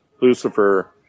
Lucifer